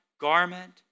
garment